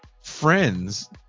Friends